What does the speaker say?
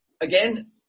again